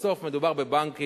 בסוף מדובר בבנקים,